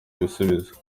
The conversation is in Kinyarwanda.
ibisubizo